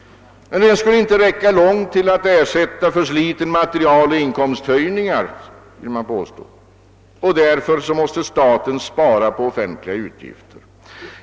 Man påstår att den inte räcker långt när det gäller att ersätta försliten materiel och täcka löneökningarna; därför måste staten strama åt på de offentliga utgifterna.